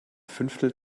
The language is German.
fünftel